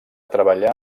treballar